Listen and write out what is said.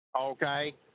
Okay